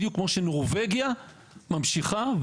בדיוק כמו שנורבגיה ממשיכה,